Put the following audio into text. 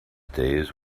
days